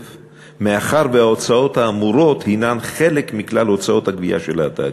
מאחר שההוצאות האמורות הן חלק מכלל הוצאות הגבייה של התאגיד.